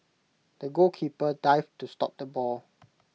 the goalkeeper dived to stop the ball